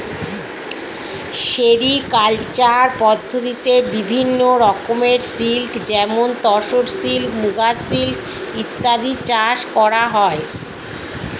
sericulture পদ্ধতিতে বিভিন্ন রকমের সিল্ক যেমন তসর সিল্ক, মুগা সিল্ক ইত্যাদি চাষ করা হয়